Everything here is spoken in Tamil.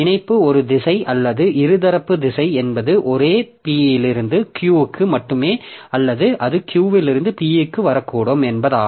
இணைப்பு ஒரு திசை அல்லது இருதரப்பு திசை என்பது ஒரே P இலிருந்து Q க்கு மட்டுமே அல்லது அது Q இலிருந்து P க்கு வரக்கூடும் என்பதாகும்